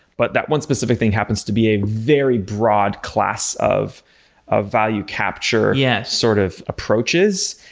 but that one specific thing happens to be a very broad class of of value capture yeah sort of approaches,